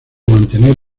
mantener